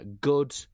good